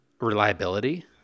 Reliability